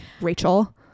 Rachel